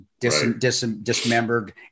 dismembered